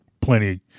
plenty